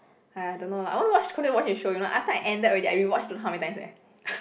!aiya! I don't know lah I want to watch show you know after I ended already I rewatched don't know how many times eh